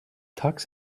tux